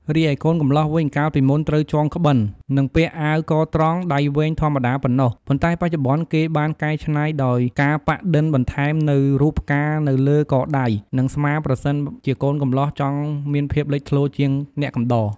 រីឯកូនកម្លោះវិញ កាលពីមុនត្រូវចងក្បិល និងពាក់អាវកត្រង់ដៃវែងធម្មតាប៉ុណ្ណោះ ប៉ុន្តែបច្ចុប្បន្ន គេបានកែច្នៃដោយការប៉ាក់ឌិនបន្ថែមនូវរូបផ្កានៅលើ កដៃ និងស្មាប្រសិនជាកូនកម្លោះចង់មានភាពលេចធ្លោជាងអ្នកកំដរ។